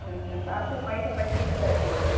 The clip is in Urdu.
اچھا اچھا صاف صفائی سب اچھا سے رہتی ہے